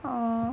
অঁ